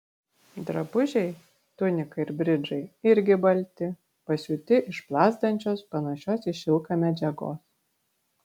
drabužiai tunika ir bridžai irgi balti pasiūti iš plazdančios panašios į šilką medžiagos